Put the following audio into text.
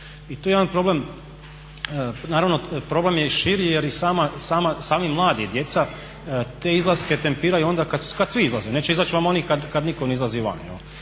I tu je jedan problem. Naravno problem je i širi jer i sami mladi i djeca te izlaske tempiraju onda kada svi izlaze, neće izaći vam oni kada nitko ne izlazi van.